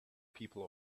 people